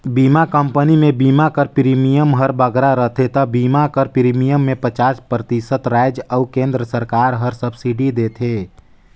बीमा कंपनी में बीमा कर प्रीमियम हर बगरा रहथे ता बीमा कर प्रीमियम में पचास परतिसत राएज अउ केन्द्र सरकार हर सब्सिडी देथे